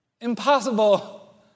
Impossible